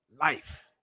life